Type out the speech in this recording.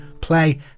play